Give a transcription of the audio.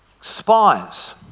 spies